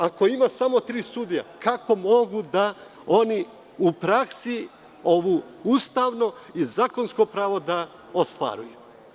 Ako ima samo tri sudije kako mogu da oni u praksi ovo ustavno i zakonsko pravo da ostvaruju?